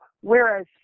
whereas